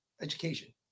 Education